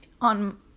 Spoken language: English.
on